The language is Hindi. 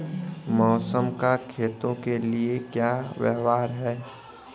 मौसम का खेतों के लिये क्या व्यवहार है?